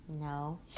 no